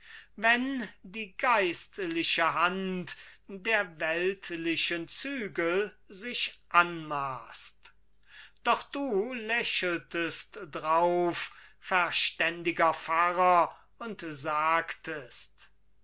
wenn die geistliche hand der weltlichen zügel sich anmaßt doch du lächeltest drauf verständiger pfarrer und sagtest